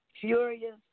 Furious